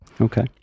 Okay